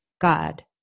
God